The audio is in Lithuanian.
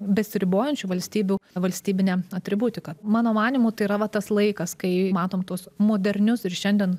besiribojančių valstybių valstybine atributika mano manymu tai yra vat tas laikas kai matom tuos modernius ir šiandien